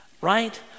right